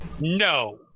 No